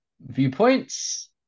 viewpoints